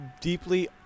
deeply